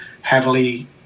heavily